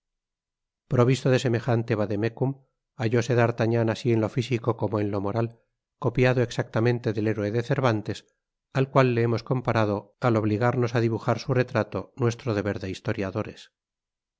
provisto de semejante vade mecum hallose d'artagnan así en lo físico como en lo moral copiado exactamente del héroe de cervantes al cual le hemos comparado al obligarnos á dibujar su retrato nuestro deber de historiadores